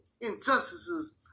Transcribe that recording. injustices